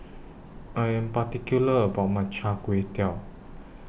I Am particular about My Char Kway Teow